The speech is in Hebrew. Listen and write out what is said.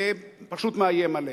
ופשוט מאיים עליהם.